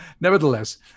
nevertheless